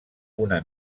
una